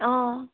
অঁ